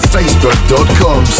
Facebook.com